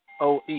OE